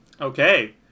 Okay